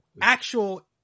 actual